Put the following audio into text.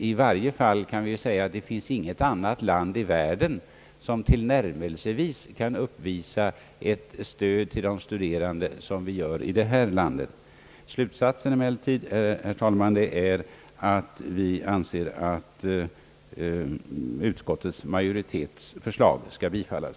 I varje fall kan vi säga att det inte finns något annat land i världen som tillnärmelsevis ger ett så stort stöd till de studerande som vi gör i detta land. Slutsatsen är emellertid, herr talman, att vi anser att utskottsmajoritetens förslag skall bifallas.